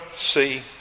see